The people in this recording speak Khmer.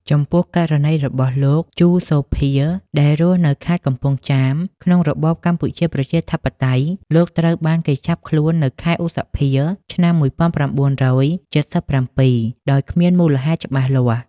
ចំពោះ ករណីរបស់លោក ជូ សូភា ដែលរស់នៅខេត្តកំពង់ចាមក្នុងរបបកម្ពុជាប្រជាធិបតេយ្យ លោកត្រូវបានគេចាប់ខ្លួននៅខែឧសភា ឆ្នាំ១៩៧៧ ដោយគ្មានមូលហេតុច្បាស់លាស់។